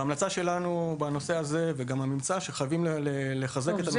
ההמלצה שלנו בנושא הזה היא שחייבים לחזק את הנושא